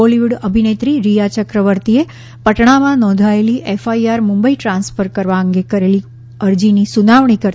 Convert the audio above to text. બોલિવૂડ અભિનેત્રી રિયા ચક્રવર્તીએ પટણામાં નોધાયેલી એફઆઇઆર મુંબઈ ટ્રાન્સફર કરવા અંગે કરેલી અરજીની સુનાવણી કરતી વખતે તા